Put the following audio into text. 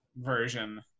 version